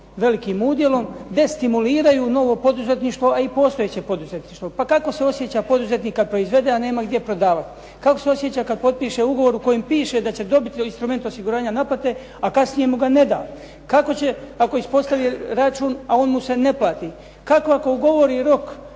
velikim udjelom destimuliraju novo poduzetništvo, a i postojeće poduzetništvo. Pa kako se osjeća poduzetnik kad proizvede, a nema gdje prodavati? Kako se osjeća kad potpiše ugovor u kojem piše da će dobiti instrument osiguranja naplate, a kasnije mu ga ne da? Kako će, ako ispostavi račun, a on mu se ne plati? Kako ako ugovori rok